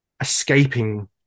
escaping